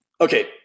Okay